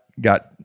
got